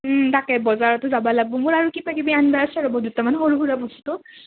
তাকে বজাৰতো যাবা লাগব মোৰ আৰু কিবা কিবি আন্বা আছে ৰ'ব দুটামান সৰু সুৰা বস্তু